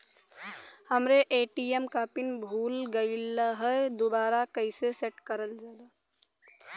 हमरे ए.टी.एम क पिन भूला गईलह दुबारा कईसे सेट कइलजाला?